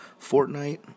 Fortnite